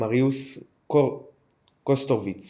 מרויס-קוסטריץ